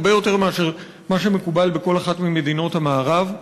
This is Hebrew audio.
הרבה יותר ממה שמקובל בכל אחת ממדינות המערב.